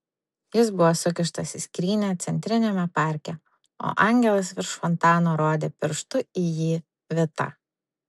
jis buvo sukištas į skrynią centriniame parke o angelas virš fontano rodė pirštu į jį vitą